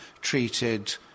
treated